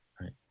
Right